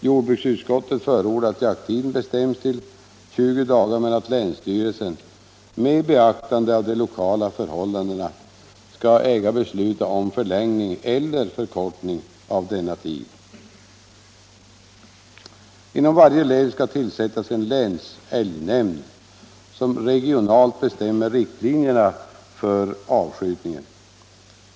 Jordbruksutskottet förordar att jakttiden bestäms till 20 dagar men att länsstyrelsen, med beaktande av de lokala förhållandena, skall äga besluta om förlängning eller förkortning av denna tid. Inom varje län skall tillsättas en länsälgnämnd, som regionalt bestämmer riktlinjerna för avskjutningen.